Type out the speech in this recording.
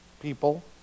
people